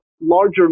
larger